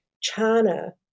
China